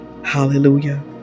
hallelujah